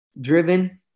driven